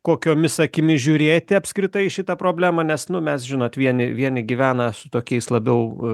kokiomis akimis žiūrėti apskritai į šitą problemą nes nu mes žinot vieni vieni gyvena su tokiais labiau